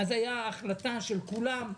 אז הייתה החלטה של כולם.